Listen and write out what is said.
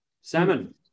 Salmon